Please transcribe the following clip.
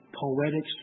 Poetic